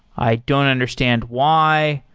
i don't understand why.